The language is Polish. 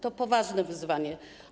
To poważne wyzwanie.